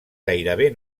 gairebé